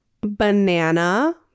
banana